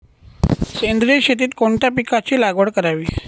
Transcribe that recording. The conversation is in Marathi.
सेंद्रिय शेतीत कोणत्या पिकाची लागवड करावी?